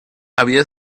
había